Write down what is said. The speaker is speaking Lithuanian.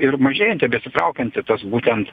ir mažėjanti besitraukianti tas būtent